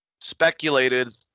speculated